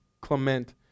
Clement